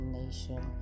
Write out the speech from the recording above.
nation